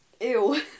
Ew